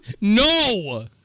No